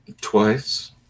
twice